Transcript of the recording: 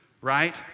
right